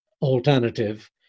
alternative